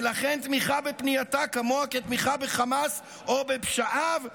ולכן תמיכה בפנייתה כמוה כתמיכה בחמאס או בפשעיו,